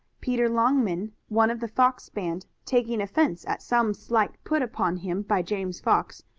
peter longman, one of the fox band, taking offense at some slight put upon him by james fox,